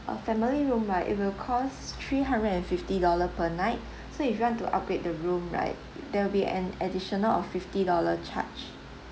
uh family room right it will cost three hundred and fifty dollar per night so if you want to upgrade the room right there'll be an additional of fifty dollar charge